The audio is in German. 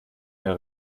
mehr